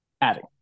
Adding